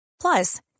Plus